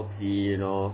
超级 you know